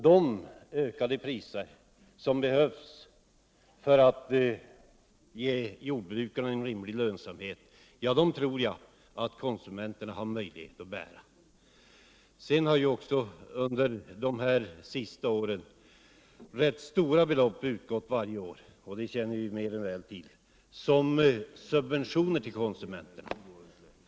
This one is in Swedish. De prishöjningar som behövs för att ge jordbrukarna en rimlig lönsamhet tror jag att konsumenterna har möjlighet att bära. Under de senaste åren har ganska stora belopp utgått i subventioner till konsumenterna. något som vi mer än väl känner till.